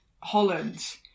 Holland